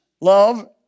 love